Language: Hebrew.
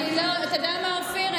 אתה יודע מה, אופיר?